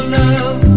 love